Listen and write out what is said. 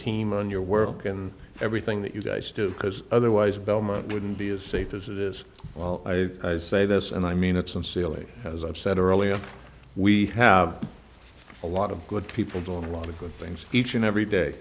team on your work and everything that you guys do because otherwise belmont wouldn't be as safe as it is i say this and i mean it sincerely as i've said earlier we have a lot of good people doing a lot of good things each and every day